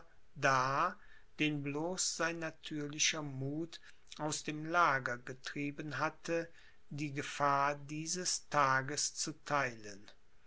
dar den bloß sein natürlicher muth aus dem lager getrieben hatte die gefahr dieses tages zu theilen